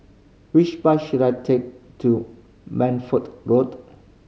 which bus should I take to Man Ford Road